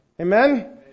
amen